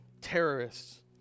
terrorists